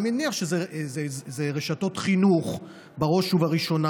אני מניח שזה רשתות חינוך בראש ובראשונה.